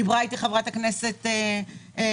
דיברה אתי חברת הכנסת עאידה,